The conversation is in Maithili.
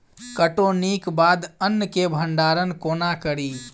कटौनीक बाद अन्न केँ भंडारण कोना करी?